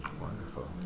Wonderful